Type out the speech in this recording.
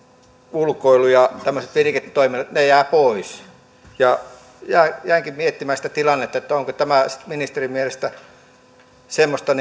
ulkoilu ja tämmöiset viriketoiminnot jää pois jäinkin miettimään sitä tilannetta onko tämä sitten ministerin mielestä semmoista